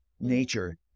nature